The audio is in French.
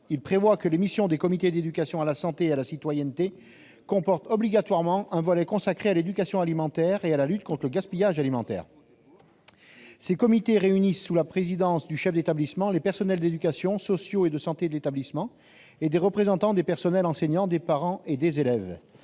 prévoit que les missions des comités d'éducation à la santé et à la citoyenneté comportent obligatoirement un volet consacré à l'éducation alimentaire et à la lutte contre le gaspillage alimentaire. Ces comités réunissent, sous la présidence du chef d'établissement, les personnels d'éducation, sociaux et de santé de l'établissement et des représentants des personnels enseignants, des parents et des élèves.